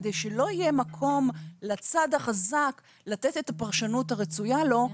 כדי שלא יהיה מקום לצד החזק לתת את הפרשנות הרצויה לו,